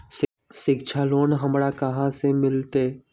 शिक्षा लोन हमरा कहाँ से मिलतै?